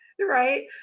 right